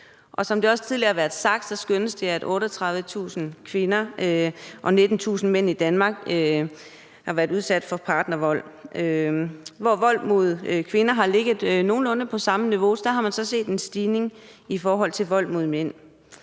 som det også tidligere er blevet sagt, skønnes det, at 38.000 kvinder og 19.000 mænd i Danmark har været udsat for partnervold. Hvor vold mod kvinder har ligget nogenlunde på samme niveau, har man så set en stigning i vold mod mænd.